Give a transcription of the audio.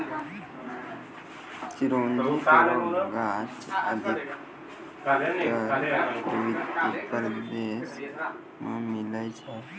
चिरौंजी केरो गाछ अधिकतर पर्वतीय प्रदेश म मिलै छै